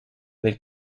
del